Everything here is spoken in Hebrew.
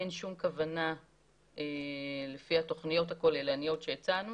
אין שום כוונה לפי התוכניות הכוללניות שהצענו